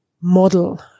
model